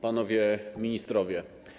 Panowie Ministrowie!